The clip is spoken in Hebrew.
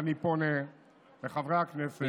ואני פונה לחברי הכנסת,